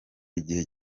igihe